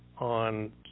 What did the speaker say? on